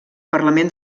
parlament